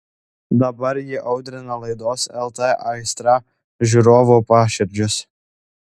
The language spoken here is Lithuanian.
dabar ji audrina laidos lt aistra žiūrovų paširdžius